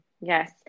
Yes